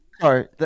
Sorry